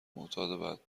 معتاد